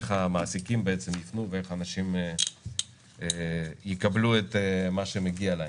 איך המעסיקים בעצם יפנו ואיך אנשים יקבלו את מה שמגיע להם.